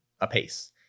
apace